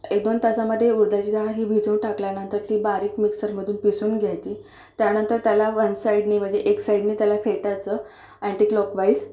एक दोन तासामध्ये उडदाची डाळ ही भिजू टाकल्यानंतर ती बारीक मिक्सरमध्ये पिसून घ्यायची त्यानंतर त्याला वन साईडने म्हणजे एक साईडने त्याला फेटायचं अँटीक्लॉक वाईज